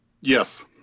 yes